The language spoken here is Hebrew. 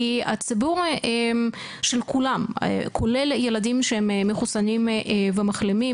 כי הציבור של כולם כולל ילדים שהם מחוסנים ומחלימים,